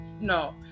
no